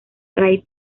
rai